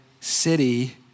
city